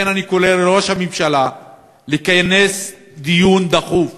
לכן, אני קורא לראש הממשלה לכנס דיון דחוף